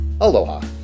Aloha